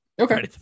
okay